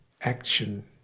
action